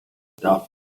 darth